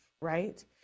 right